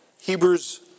Hebrews